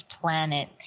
planet